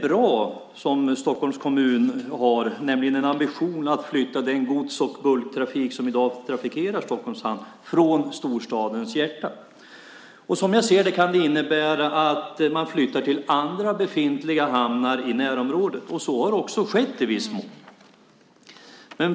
Vad Stockholms kommun gör är bra, det vill säga ambitionen att flytta den gods och bulktrafik som i dag trafikerar Stockholms hamnar från storstadens hjärta. Som jag ser det kan det innebära att man flyttar till andra befintliga hamnar i närområdet. Så har också skett i viss mån.